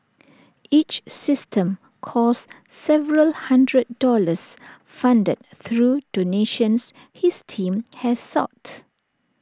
each system costs several hundred dollars funded through donations his team has sought